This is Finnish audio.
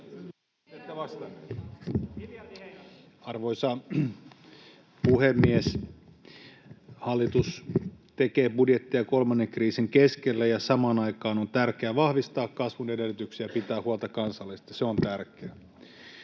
Arvoisa puhemies! Hallitus tekee budjettia kolmannen kriisin keskellä, ja samaan aikaan on tärkeää vahvistaa kasvun edellytyksiä ja pitää huolta kansalaisista. Se on tärkeää.